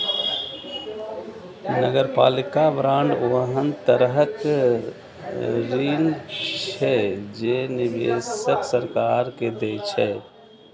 नगरपालिका बांड ओहन तरहक ऋण छियै, जे निवेशक सरकार के दै छै